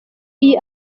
iyi